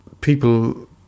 people